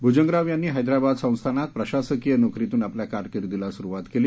भुजंगराव यांनी हस्त्राबाद संस्थानात प्रशासकीय नोकरीतून आपल्या कारकीर्दीला सुरवात केली